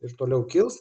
ir toliau kils